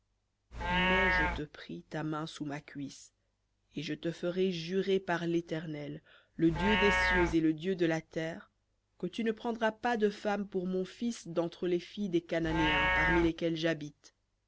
mets je te prie ta main sous ma cuisse et je te ferai jurer par l'éternel le dieu des cieux et le dieu de la terre que tu ne prendras pas de femme pour mon fils d'entre les filles des cananéens parmi lesquels j'habite